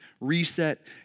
reset